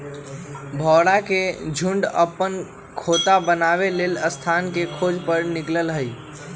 भौरा के झुण्ड अप्पन खोता बनाबे लेल स्थान के खोज पर निकलल हइ